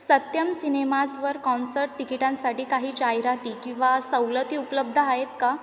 सत्यम सिनेमाजवर कॉन्सर्ट तिकिटांसाठी काही जाहिराती किंवा सवलती उपलब्ध आहेत का